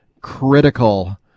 critical